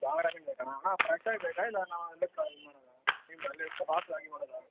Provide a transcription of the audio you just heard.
ಬಂಗ್ಡೆ ಮೀನು ಬೇಕಣ್ಣ ಹಾಂ ಫ್ರೆಶ್ಶಾಗಿ ಬೇಕಾ ಇಲ್ಲ ನಾನು